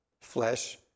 Flesh